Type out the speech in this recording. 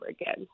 again